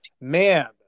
Man